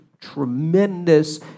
Tremendous